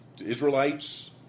Israelites